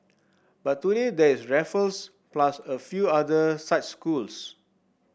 but today there is Raffles plus a few other such schools